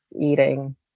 eating